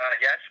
Yes